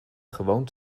gewoon